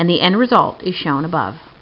and the end result is shown above